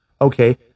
Okay